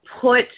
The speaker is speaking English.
put